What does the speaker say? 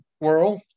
world